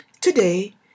Today